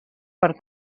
per